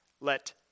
let